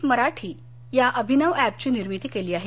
त मराठी या अभिनव एपची निर्मिती केली आहे